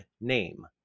name